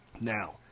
Now